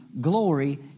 glory